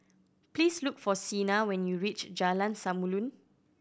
please look for Cena when you reach Jalan Samulun